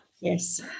Yes